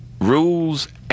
rules